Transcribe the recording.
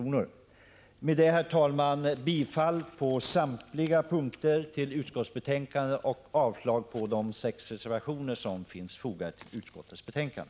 Jag yrkar med detta, herr talman, bifall till utskottets hemställan på samtliga punkter och avslag på de sex reservationer som finns fogade till utskottets betänkande.